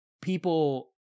people